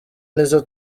nizo